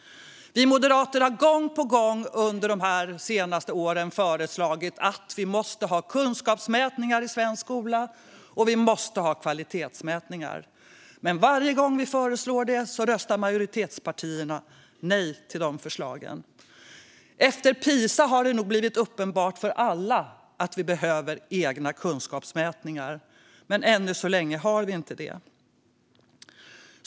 Vi moderater har gång på gång under de senaste åren föreslagit att vi ska ha kunskapsmätningar och kvalitetsmätningar i svensk skola. Men varje gång vi föreslår det röstar majoritetspartierna nej till de förslagen. Efter Pisa har det nog blivit uppenbart för alla att vi behöver egna kunskapsmätningar, men än så länge har vi inte sådana.